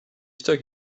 stuck